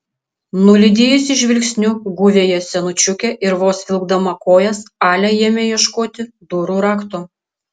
nulydėjusi žvilgsniu guviąją senučiukę ir vos vilkdama kojas alia ėmė ieškoti durų rakto